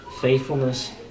faithfulness